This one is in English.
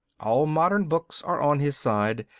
all modern books are on his side.